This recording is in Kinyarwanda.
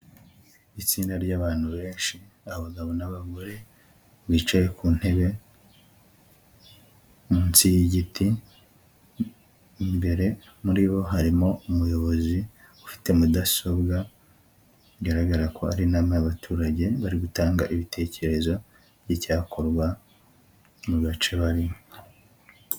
Itsinda ry'abantu benshi abagabo n'abagore, bicaye ku ntebe munsi yigiti, imbere muri bo harimo umuyobozi ufite mudasobwa, bigaragara ko ari inama y'abaturage bari gutanga ibitekerezo by'icyakorwa mu gace barimo.